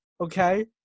okay